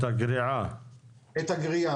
את הגריעה,